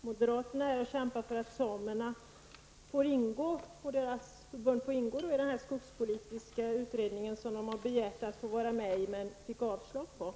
Moderaterna kämpar för att samerna skall få ingå i den skogspolitiska utredning som de tidigare han begärt men fått avstyrkt.